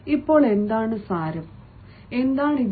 ഇപ്പോൾ എന്താണ് സാരം റഫർ സമയം 1417 എന്താണ് അർത്ഥം